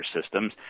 systems